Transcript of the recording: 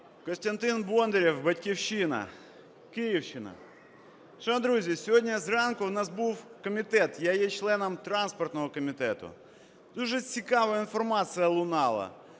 Костянтин Бондарєв, "Батьківщина", Київщина. Шановні друзі, сьогодні зранку у нас був комітет, я є членом транспортного комітету. Дуже цікава інформація лунала.